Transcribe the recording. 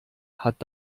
hat